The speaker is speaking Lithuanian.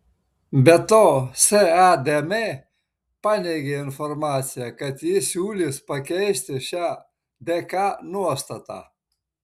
be to sadm paneigė informaciją kad ji siūlys pakeisti šią dk nuostatą